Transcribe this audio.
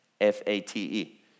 F-A-T-E